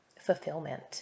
fulfillment